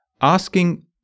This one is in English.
asking